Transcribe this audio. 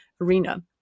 arena